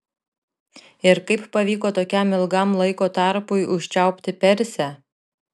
ir kaip pavyko tokiam ilgam laiko tarpui užčiaupti persę